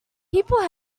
people